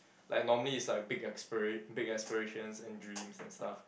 like normally is like big aspira~ big aspirations and dreams and stuff